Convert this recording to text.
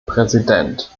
präsident